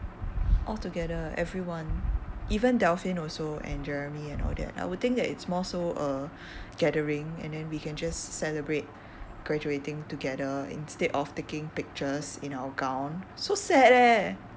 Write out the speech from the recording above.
altogether everyone even delphine also and jeremy and all that I would think that it's more so a gathering and then we can just celebrate graduating together instead of taking pictures in our gown so sad eh